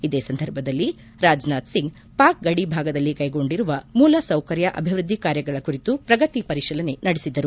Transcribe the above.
ಇದೇ ಸಂದರ್ಭದಲ್ಲಿ ರಾಜನಾಥ್ ಸಿಂಗ್ ಪಾಕ್ ಗಡಿಭಾಗದಲ್ಲಿ ಕೈಗೊಂಡಿರುವ ಮೂಲ ಸೌಕರ್ಯ ಅಭಿವೃದ್ದಿ ಕಾರ್ಯಗಳ ಕುರಿತು ಪ್ರಗತಿ ಪರಿಶೀಲನೆ ನಡೆಸಿದರು